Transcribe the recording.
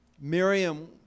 Miriam